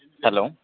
hello